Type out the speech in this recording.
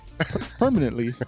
Permanently